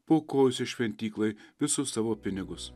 paaukojusią šventyklai visus savo pinigus